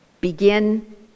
begin